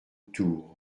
tour